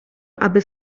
aby